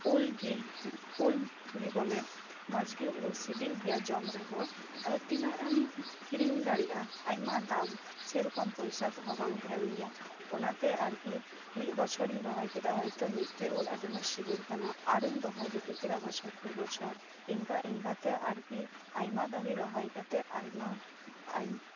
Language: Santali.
ᱩᱠᱜᱮ ᱩᱞᱜᱮ ᱵᱚᱞᱮ ᱢᱚᱸᱡᱽᱜᱮ ᱩᱞ ᱥᱮᱹᱵᱮᱹᱞᱜᱮᱭᱟ ᱡᱚᱢ ᱨᱮᱦᱚᱸ ᱟᱫᱚ ᱛᱤᱱᱟᱹᱜ ᱮᱢ ᱠᱤᱨᱤᱧ ᱫᱟᱲᱮᱭᱟᱜᱼᱟ ᱟᱭᱢᱟ ᱫᱟᱢ ᱥᱮᱨᱚᱠᱚᱢ ᱯᱚᱭᱥᱟ ᱠᱚᱦᱚᱸ ᱵᱟᱝ ᱛᱟᱦᱮᱱ ᱜᱮᱭᱟ ᱚᱱᱟᱛᱮ ᱟᱨᱠᱤ ᱢᱤᱫ ᱵᱚᱪᱷᱚᱨᱤᱧ ᱨᱚᱦᱚᱭᱠᱮᱫᱟ ᱢᱤᱫ ᱴᱮᱱ ᱩᱞ ᱟᱹᱰᱤ ᱢᱚᱸᱡᱽ ᱥᱮᱹᱵᱮᱹᱞ ᱠᱟᱱᱟ ᱟᱨᱦᱚᱧ ᱨᱚᱦᱚᱭ ᱡᱩᱴᱤᱡ ᱠᱮᱫᱟ ᱵᱚᱪᱷᱚᱨᱠᱮ ᱵᱚᱪᱷᱚᱨ ᱮᱱᱠᱟ ᱮᱱᱠᱟᱛᱮ ᱟᱨᱠᱤ ᱟᱭᱢᱟ ᱫᱟᱨᱮᱹ ᱨᱚᱦᱚᱭ ᱠᱟᱛᱮᱫ ᱟᱭᱢᱟ ᱟᱭᱢᱟ